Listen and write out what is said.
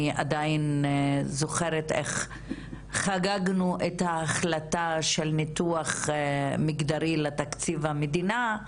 אני עדיין זוכרת איך חגגנו את ההחלטה של ניתוח מגדרי לתקציב המדינה,